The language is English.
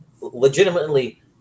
legitimately